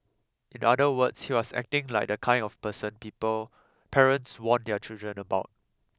in other words he was acting like the kind of person people parents warn their children about